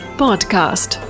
podcast